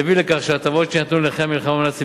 יביא לכך שההטבות שיינתנו לנכי המלחמה בנאצים